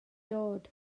dod